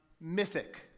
Mythic